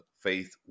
Faith